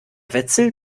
wetzel